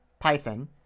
Python